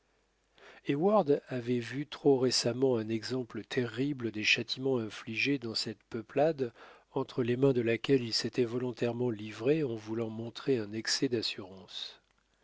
heyward avait vu trop récemment un exemple terrible des châtiments infligés dans cette peuplade entre les mains de laquelle il s'était volontairement livré en voulant montrer un excès d'assurance